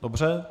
Dobře.